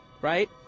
right